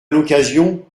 l’occasion